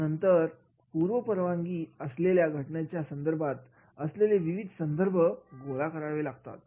या नंतर पूर्व परवानगीआपल्याला घटनेच्या संदर्भात असलेले विविध संदर्भ गोळा करावे लागतात